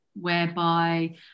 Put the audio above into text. whereby